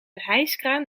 hijskraan